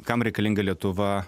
kam reikalinga lietuva